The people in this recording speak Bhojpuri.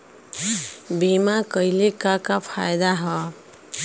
बीमा कइले का का फायदा ह?